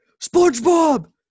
SpongeBob